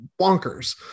bonkers